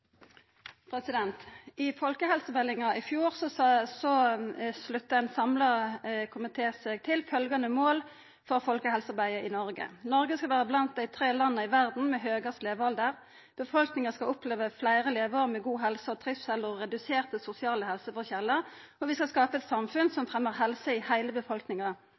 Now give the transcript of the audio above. handsaminga av folkehelsemeldinga i fjor slutta ein samla komité seg til følgjande mål for folkehelsearbeidet i Noreg: Noreg skal vera blant dei tre landa i verda med høgast levealder, befolkninga skal oppleva fleire leveår med god helse, trivsel og reduserte sosiale helseforskjellar, og vi skal skapa eit samfunn som fremjar helse i heile befolkninga.